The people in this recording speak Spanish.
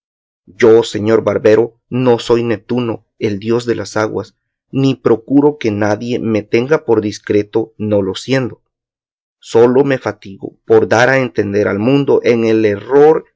yo señor barbero no soy neptuno el dios de las aguas ni procuro que nadie me tenga por discreto no lo siendo sólo me fatigo por dar a entender al mundo en el error